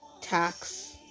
tax